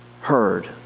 heard